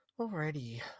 Alrighty